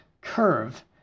curve